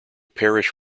parish